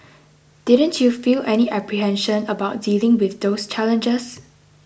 didn't you feel any apprehension about dealing with those challenges